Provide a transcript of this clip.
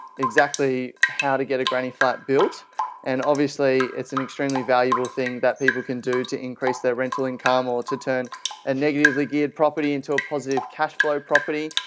exactly how to get a granny flat built and obviously it's an extremely valuable thing that people can do to increase their rental income or to turn a negatively geared property into a positive cash flow property.